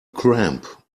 cramp